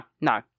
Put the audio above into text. no